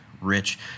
rich